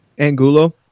Angulo